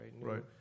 right